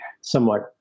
somewhat